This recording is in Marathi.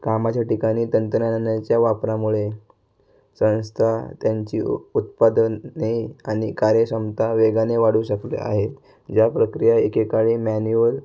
कामाच्या ठिकाणी तंत्रज्ञानाच्या वापरामुळे सहजतः त्यांची उ उत्पादने आणि कार्यक्षमता वेगाने वाढू शकले आहे या प्रक्रिया एकेकाळी मॅन्युअल